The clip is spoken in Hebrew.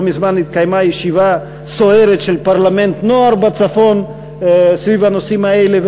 לא מזמן התקיימה ישיבה סוערת של פרלמנט נוער בצפון סביב הנושאים האלה,